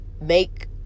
make